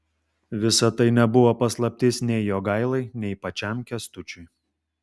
visa tai nebuvo paslaptis nei jogailai nei pačiam kęstučiui